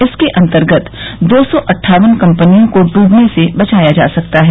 इसके अंतर्गत दो सौ अट्ठावन कंपनियों को डूबने से बचाया जा सकता है